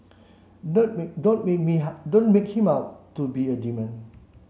don't make don't make me how don't make him out to be a demon